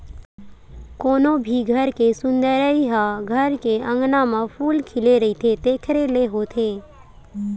कोनो भी घर के सुंदरई ह घर के अँगना म फूल खिले रहिथे तेखरे ले होथे